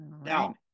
Now